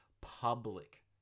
public